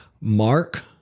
Mark